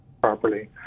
properly